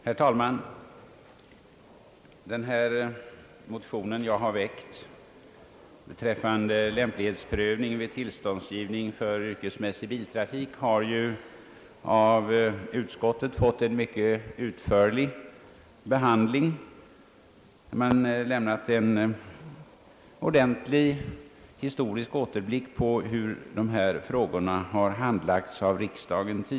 Herr talman! Den motion jag har väckt beträffande lämplighetsprövningen vid tillståndsgivningen för yrkesmässig biltrafik har behandlats mycket utförligt av utskottet. Man har lämnat en ordentlig historisk återblick på hur dessa frågor tidigare har handlagts av riksdagen.